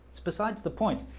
it's besides the point.